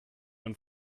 und